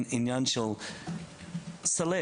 עניין של למצוא ידוען,